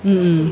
um